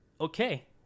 okay